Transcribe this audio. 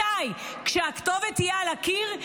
מתי, כשהכתובת תהיה על הקיר?